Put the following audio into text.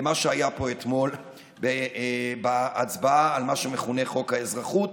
למה שהיה פה אתמול בהצבעה על מה שמכונה חוק האזרחות,